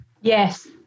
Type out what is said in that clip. Yes